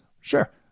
Sure